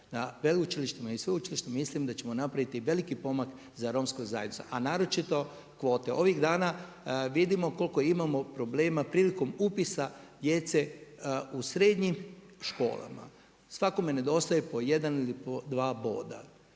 na veleučilištima i sveučilištima mislim da ćemo napraviti veliki pomak za romsku zajednicu, a naročito kvote. Ovih dana vidimo koliko imamo problema prilikom upisa djece u srednjim školama. Svakome nedostaje po jedan ili po dva boda